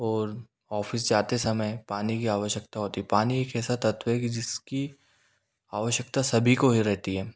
और ऑफिस जाते समय पानी की आवश्यकता होती है पानी एक ऐसा तत्व है कि जिसकी आवश्यकता सभी को ही रहती है